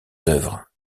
œuvres